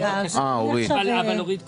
כן, אבל אורית קודם.